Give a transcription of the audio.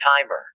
timer